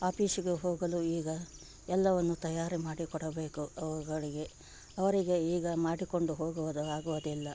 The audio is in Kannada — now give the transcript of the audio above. ಆಪೀಶ್ಗೆ ಹೋಗಲು ಈಗ ಎಲ್ಲವನ್ನು ತಯಾರಿ ಮಾಡಿಕೊಡಬೇಕು ಅವುಗಳಿಗೆ ಅವರಿಗೆ ಈಗ ಮಾಡಿಕೊಂಡು ಹೋಗುವುದು ಆಗುವುದಿಲ್ಲ